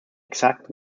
exact